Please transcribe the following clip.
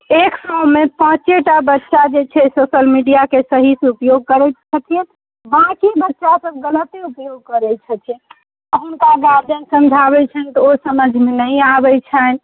एक सए मे पाँचेटा बच्चा जे छै सोशल मिडिआके सहीसँ ऊपयोग करैत छथिन बाँकि बच्चासब गलते ऊपयोग करैत छथिन आ हुनका गार्जियन समझाबैत छनि तऽ ओ समझमे नहि आबैत छनि